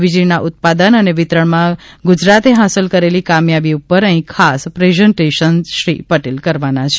વીજળીના ઉત્પાદન અને વિતરણમાં ગુજરાતે હાંસલ કરેલી કામયાબી ઊપર અહીં ખાસ પ્રેઝન્ટેશન શ્રી પટેલ કરવાના છે